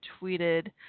tweeted